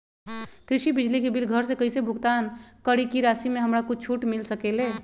कृषि बिजली के बिल घर से कईसे भुगतान करी की राशि मे हमरा कुछ छूट मिल सकेले?